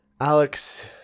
Alex